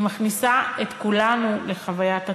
היא מכניסה את כולנו לחוויית הטרור."